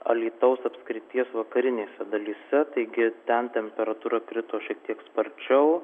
alytaus apskrities vakarinėse dalyse taigi ten temperatūra krito šiek tiek sparčiau